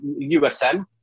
USM